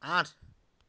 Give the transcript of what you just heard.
আঠ